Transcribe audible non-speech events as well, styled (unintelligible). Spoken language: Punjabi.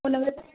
(unintelligible)